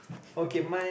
okay